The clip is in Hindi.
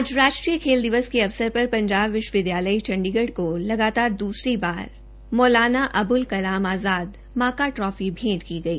आज राष्ट्रीय खेल दिवस के अवसर पर पंजाब विश्वविद्यालय चण्डीगढ को लगातार दूसरी बार मौलाना अबुल कलाम आजाद माका ट्राफी भेंट की गई